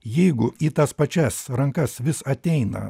jeigu į tas pačias rankas vis ateina